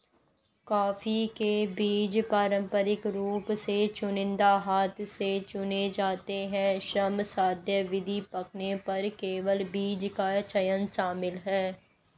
coffee के बीज पारंपरिक रूप से चुनिंदा हाथ से चुने जाते हैं, श्रमसाध्य विधि, पकने पर केवल बीज का चयन शामिल है